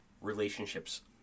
relationships